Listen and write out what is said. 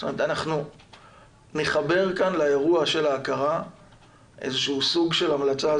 אנחנו נחבר כאן לאירוע של ההכרה איזה שהוא סוג של המלצה,